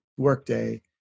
Workday